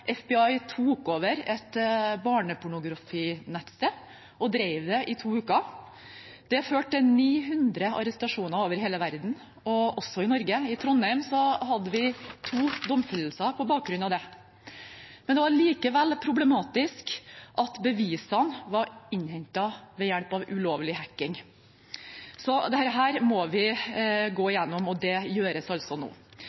FBI tok over et barnepornografinettsted og drev det i to uker. Det førte til 900 arrestasjoner over hele verden, også i Norge. I Trondheim hadde vi to domfellelser på bakgrunn av det. Men det var likevel problematisk at bevisene var innhentet ved hjelp av ulovlig hacking. Så dette må vi gå igjennom, og det gjøres nå.